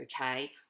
okay